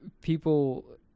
people